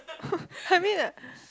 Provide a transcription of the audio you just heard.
I mean like